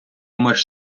меш